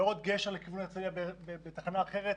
הפרויקט השני אליו נחשפתי הוא גשר לכיוון הרצליה בתחנה אחרת,